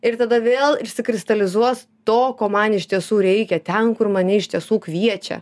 ir tada vėl išsikristalizuos to ko man iš tiesų reikia ten kur mane iš tiesų kviečia